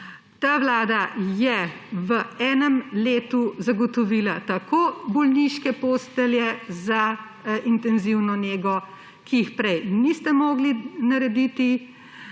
Ta vlada je v enem letu zagotovila bolniške postelje za intenzivno nego, ki jih prej niste mogli narediti,